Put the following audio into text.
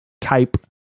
type